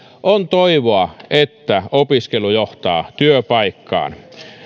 on toivoa että opiskelu johtaa työpaikkaan